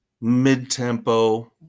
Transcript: mid-tempo